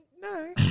No